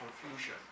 confusion